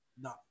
No